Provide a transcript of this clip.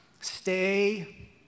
stay